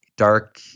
Dark